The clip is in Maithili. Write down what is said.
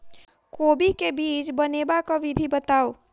कोबी केँ बीज बनेबाक विधि बताऊ?